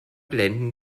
blenden